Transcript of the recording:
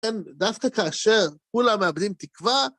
כן, דווקא כאשר כולם מאבדים תקווה...